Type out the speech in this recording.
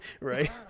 Right